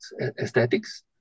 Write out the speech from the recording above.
aesthetics